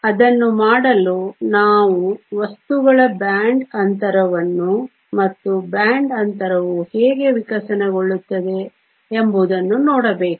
ಅದನ್ನು ಮಾಡಲು ನಾವು ವಸ್ತುಗಳ ಬ್ಯಾಂಡ್ ಅಂತರವನ್ನು ಮತ್ತು ಬ್ಯಾಂಡ್ ಅಂತರವು ಹೇಗೆ ವಿಕಸನಗೊಳ್ಳುತ್ತದೆ ಎಂಬುದನ್ನು ನೋಡಬೇಕು